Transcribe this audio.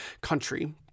country